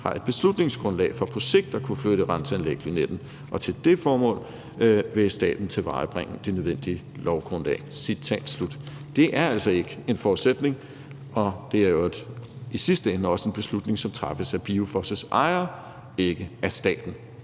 har et beslutningsgrundlag for på sigt at flytte Renseanlæg Lynetten. Til det formål vil staten tilvejebringe det nødvendige lovgrundlag.« Det er altså ikke en forudsætning; og det er i øvrigt i sidste ende også en beslutning, som træffes af BIOFOS' ejere, altså ikke af staten.